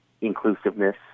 inclusiveness